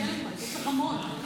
יש לך מה לתרום.